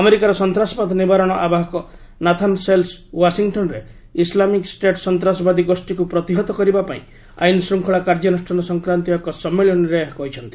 ଆମେରିକାର ସନ୍ତାସବାଦ ନିବାରଣ ଆବାହକ ନାଥାନ୍ ସେଲ୍ସ୍ ୱାଶିଂଟନ୍ରେ ଇସ୍ଲାମିକ୍ ଷ୍ଟେଟ୍ ସନ୍ତାସବାଦୀ ଗୋଷ୍ଠୀକୁ ପ୍ରତିହତ କରିବାପାଇଁ ଆଇନ ଶୃଙ୍ଗଳା କାର୍ଯ୍ୟାନୁଷ୍ଠାନ ସଂକ୍ରାନ୍ତୀୟ ଏକ ସମ୍ମଳନୀରେ ଏହା କହିଛନ୍ତି